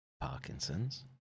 Parkinson's